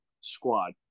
Squad